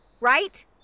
Right